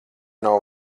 nav